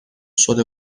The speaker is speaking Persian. شده